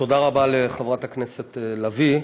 תודה רבה לחברת הכנסת לביא.